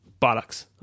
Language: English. Bollocks